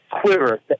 quiver